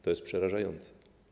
To jest przerażające.